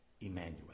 Emmanuel